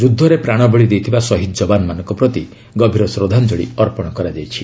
ଯୁଦ୍ଧରେ ପ୍ରାଣବଳୀ ଦେଇଥିବା ଶହୀଦ୍ ଯବାନମାନଙ୍କ ପ୍ରତି ଗଭୀର ଶ୍ରଦ୍ଧାଞ୍ଜଳୀ ଅର୍ପଣ କରାଯାଇଛି